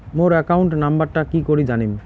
মোর account নাম্বারটা কি করি জানিম?